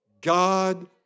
God